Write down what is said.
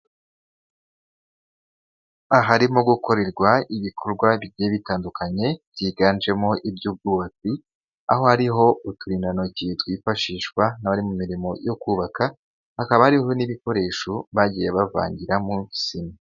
Aharimo gukorerwa ibikorwa bigiye bitandukanye byiganjemo iby'ubwubatsi, aho hariho uturindantoki twifashishwa n'abari mu mirimo yo kubaka, hakaba hariho n'ibikoresho bagiye bavangiramo sima.